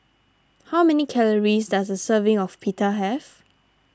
how many calories does a serving of Pita have